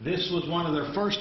this was one of the first